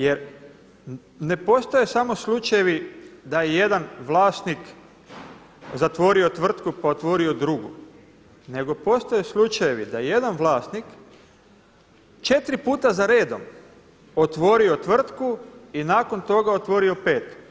Jer ne postoje samo slučajevi da je jedan vlasnik zatvorio tvrtku pa otvorio drugu, nego postoje slučajevi da jedan vlasnik četiri puta za redom otvorio tvrtku i nakon toga otvorio petu.